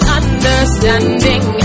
understanding